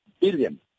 Billion